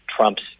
Trump's